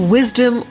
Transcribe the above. Wisdom